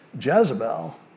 Jezebel